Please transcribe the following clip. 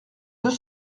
deux